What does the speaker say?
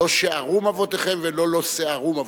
"לא שְׁערום אבותיכם" ולא "לא שְׂערום אבותיכם"?